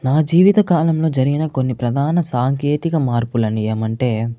నా జీవితకాలంలో జరిగిన కొన్ని ప్రధాన సాంకేతిక మార్పులన్నీ ఏమంటే